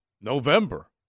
November